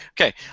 Okay